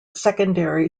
secondary